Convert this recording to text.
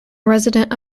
resident